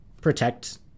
protect